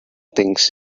things